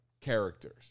characters